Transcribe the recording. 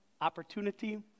opportunity